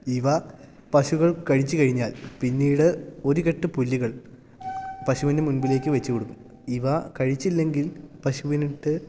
ഇവ പശുക്കൾ കഴിച്ച് കഴിഞ്ഞാൽ പിന്നീട് ഒരുകെട്ട് പുല്ലുകൾ പശുവിൻ്റെ മുൻപിലേക്ക് വെച്ച് കൊടുക്കും ഇവ കഴിച്ചില്ലെങ്കിൽ പശുവിനിട്ട്